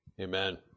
Amen